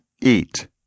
eat